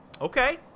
Okay